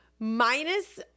minus